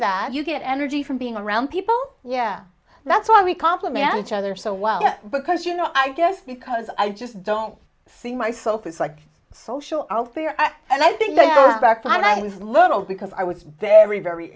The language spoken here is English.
that you get energy from being around people yeah that's why we complement each other so well because you know i guess because i just don't see myself as like social out there and i think they are fine i was little because i was very very